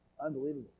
unbelievable